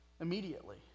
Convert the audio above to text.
Immediately